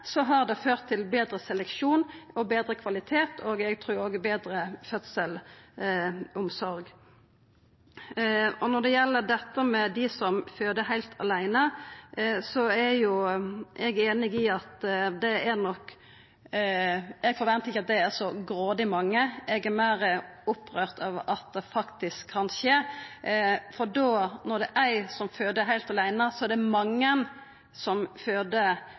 har det ført til betre seleksjon og betre kvalitet og, trur eg, til ei betre fødselsomsorg. Når det gjeld dei som føder heilt aleine – eg forventar ikkje at dei er så grådig mange – er eg meir opprørt over at det faktisk kan skje, for når det er ei som føder heilt aleine, er det mange som føder